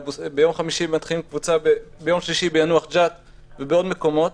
ביום שישי יתחילו קבוצה בינוח-ג'את ובעוד מקומות.